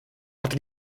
hat